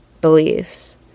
beliefs